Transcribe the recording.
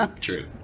true